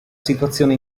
situazione